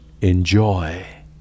enjoy